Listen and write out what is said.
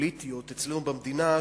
פוליטיות אצלנו במדינה,